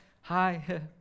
hi